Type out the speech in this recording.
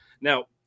Now